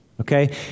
Okay